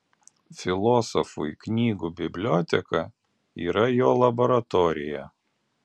filosofui knygų biblioteka yra jo laboratorija